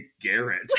garrett